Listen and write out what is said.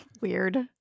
Weird